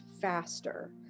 faster